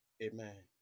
Amen